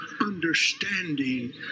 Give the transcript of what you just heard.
understanding